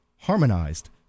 harmonized